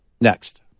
Next